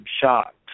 shocked